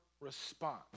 response